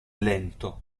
lento